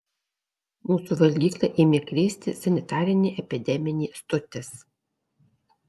mūsų valgyklą ėmė krėsti sanitarinė epideminė stotis